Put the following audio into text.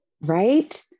Right